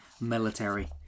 military